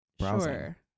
sure